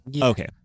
Okay